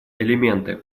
элементы